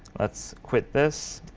let's quit this